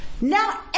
Now